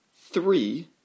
three